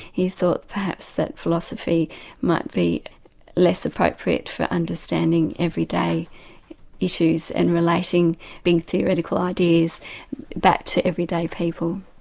he thought perhaps that philosophy might be less appropriate for understanding everyday issues and relating big theoretical ideas but to everyday people.